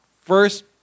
first